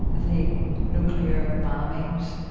the nuclear bombings.